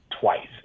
twice